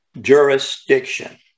jurisdiction